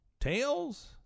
Tails